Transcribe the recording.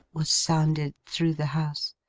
was sounded through the house.